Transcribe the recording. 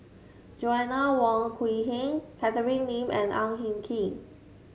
Joanna Wong Quee Heng Catherine Lim and Ang Hin Kee